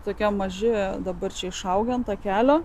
tokie maži dabar čia išaugę ant takelio